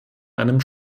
einem